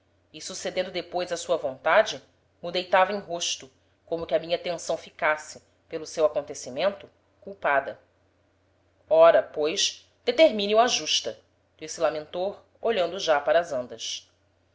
e sucedendo depois á sua vontade m'o deitava em rosto como que a minha tenção ficasse pelo seu acontecimento culpada ora pois determine o a justa disse lamentor olhando já para as andas